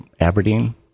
Aberdeen